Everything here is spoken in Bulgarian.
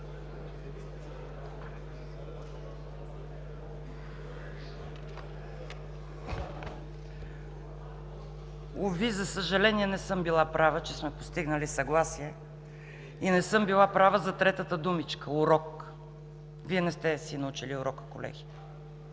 Уви, за съжаление, не съм била права, че сме постигнали съгласие и не съм била за третата думичка – „урок“. Вие не сте си научили урока, колеги.